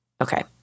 Okay